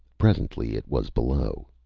presently it was below.